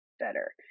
better